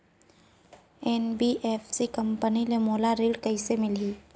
NBFC company ले मोला ऋण कइसे मिलही?